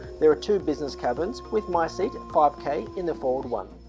there are two business cabins with my seat, and five k, in the forward one.